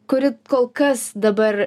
kuri kol kas dabar